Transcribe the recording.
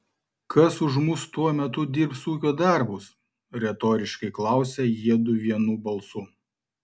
kas už mus tuo metu dirbs ūkio darbus retoriškai klausia jiedu vienu balsu